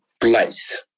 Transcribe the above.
place